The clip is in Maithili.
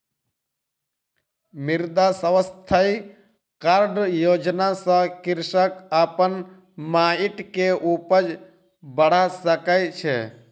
मृदा स्वास्थ्य कार्ड योजना सॅ कृषक अपन माइट के उपज बढ़ा सकै छै